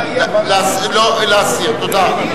להסיר, תודה.